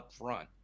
upfront